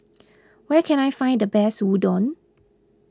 where can I find the best Udon